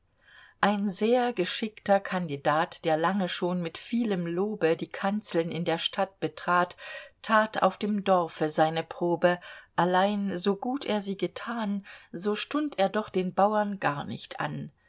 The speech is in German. ein sehr geschickter kandidat der lange schon mit vielem lobe die kanzeln in der stadt betrat tat auf dem dorfe seine probe allein so gut er sie getan so stund er doch den bauern gar nicht an